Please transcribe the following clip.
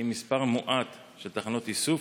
עם מספר מועט של תחנות איסוף,